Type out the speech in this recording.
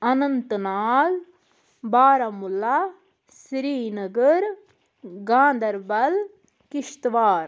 Anant Nag Baramulla Srinagar Ganderbal Kishtwar